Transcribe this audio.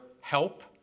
help